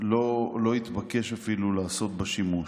לא התבקש אפילו לעשות בה שימוש.